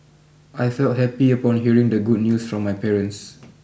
I felt happy upon hearing the good news from my parents